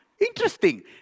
interesting